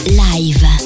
live